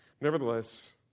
Nevertheless